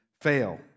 fail